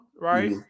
right